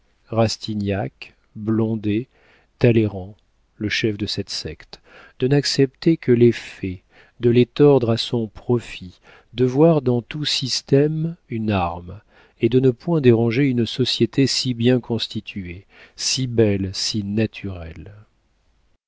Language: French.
rastignac blondet talleyrand le chef de cette secte de n'accepter que les faits de les tordre à son profit de voir dans tout système une arme et de ne point déranger une société si bien constituée si belle si naturelle